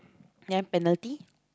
ya penalty